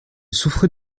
souffrait